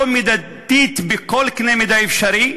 לא מידתית בכל קנה-מידה אפשרי,